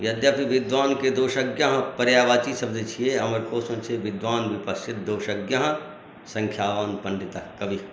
यद्यपि विद्वानके दोषज्ञ पर्यायवाची शब्द छियै अमरकोशमे छै विद्वान विप्सियतः दोषज्ञ संख्यावान पंडितः कवि